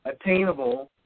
attainable